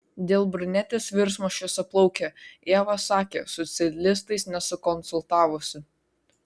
dėl brunetės virsmo šviesiaplauke ieva sakė su stilistais nesikonsultavusi